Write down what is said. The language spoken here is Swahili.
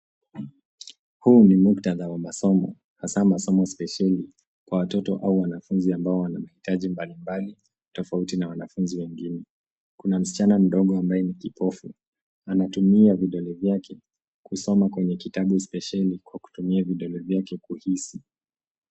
Huu ni muktadha wa masomo hasa masomo spesheli kwa watoto au wanafunzi wenye mahitaji mbalimbali, tofauti na wanafunzi wengine. Msichana mdogo ambye ni kipofu anatumia vidole vyake kusoma kwenye kitabu spesheli kwa kutumia vidole zake kuhisi.